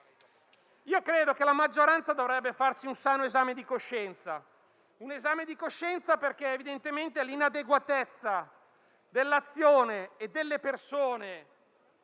Credo che la maggioranza dovrebbe farsi un sano esame di coscienza, perché evidentemente l'inadeguatezza dell'azione e delle persone